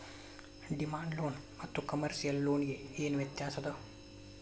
Demand loan ಮತ್ತ commercial loan ಗೆ ಏನ್ ವ್ಯತ್ಯಾಸದ?